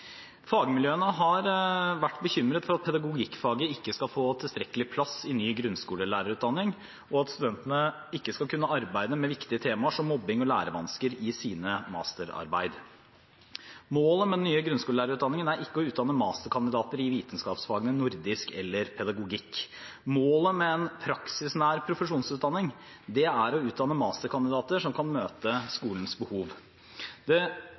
Fagmiljøene har vært bekymret for at pedagogikkfaget ikke skal få tilstrekkelig plass i ny grunnskolelærerutdanning, og at studentene ikke skal kunne arbeide med viktige temaer som mobbing og lærevansker i sine masterarbeid. Målet med den nye grunnskolelærerutdanningen er ikke å utdanne masterkandidater i vitenskapsfagene nordisk eller pedagogikk. Målet med en praksisnær profesjonsutdanning er å utdanne masterkandidater som kan møte skolens behov. Det